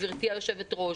גבירתי היושבת-ראש,